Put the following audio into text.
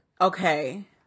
Okay